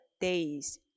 days